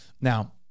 Now